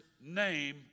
name